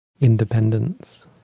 Independence